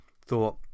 thought